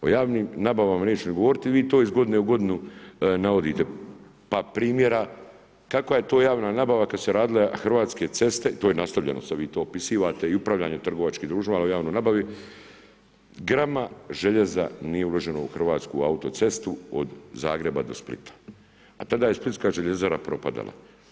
O javnim nabavama nećemo ni govoriti, vi to iz godine u godinu navodite, par primjera, kakva je to javna nabava kad su se radile Hrvatske ceste, to je nastavljeno, sad vi to opisivate i upravljanje trgovačkim društvima o javnoj nabavi, grama željeza nije uloženo u hrvatsku autocestu od Zagreba do Splita a tada je splitska željezara propadala.